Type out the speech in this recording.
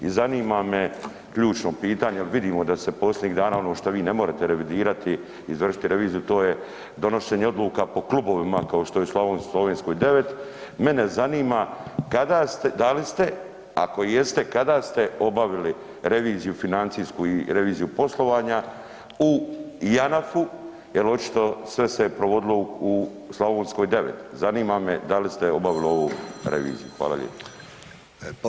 I zanima me ključno pitanje jel vidimo da se posljednjih dana ono što vi ne morete revidirati izvršiti reviziju to je donošenje odluka po klubovima kao što je u Slovenskoj 9. mene zanima, da li ste, ako jeste, kada ste obavili reviziju financijsku i reviziju poslovanja u Janafu jel očito sve je je provodilo u Slovenskoj 9, zanima me da li ste obavili ovu reviziju?